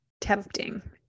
tempting